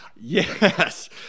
Yes